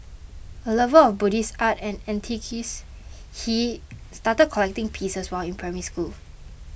a lover of Buddhist art and antiquities he started collecting pieces while in Primary School